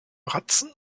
ratzen